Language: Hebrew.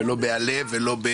ולא בעל"ה.